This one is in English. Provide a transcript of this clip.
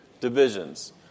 Divisions